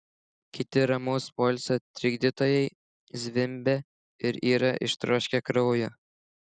kiti ramaus poilsio trikdytojai zvimbia ir yra ištroškę kraujo